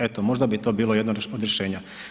Eto možda bi to bilo jedno od rješenja.